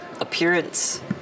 appearance